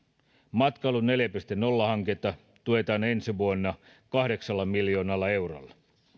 matkailu neljä piste nolla hanketta tuetaan ensi vuonna kahdeksalla miljoonalla eurolla